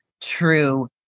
true